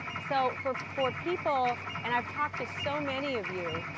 so for for people and i've talked to so many of you,